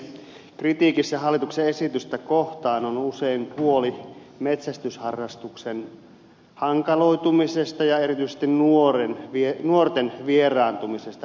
kritiikissä hallituksen esitystä kohtaan on usein huoli metsästysharrastuksen hankaloitumisesta ja erityisesti nuorten vieraantumisesta harrastajakunnasta